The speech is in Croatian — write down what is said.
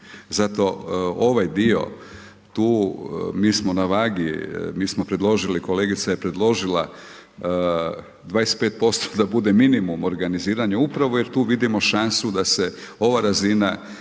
Zato ovaj dio tu, mi smo na vagi, mi smo predložili, kolegica je predložila 25% da bude minimum organiziranje upravo jer tu vidimo šansu da se ova razina,